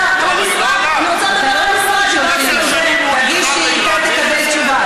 אנחנו תמיד בקו החזית מול ההישגים הכי חשובים להיסטוריה של המדינה הזאת.